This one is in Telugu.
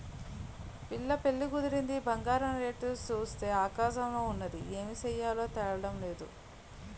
పిల్ల పెళ్లి కుదిరింది బంగారం రేటు సూత్తే ఆకాశంలోన ఉన్నాది ఏమి సెయ్యాలో తెల్డం నేదు